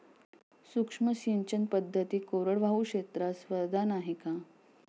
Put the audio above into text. सूक्ष्म सिंचन पद्धती कोरडवाहू क्षेत्रास वरदान आहे का?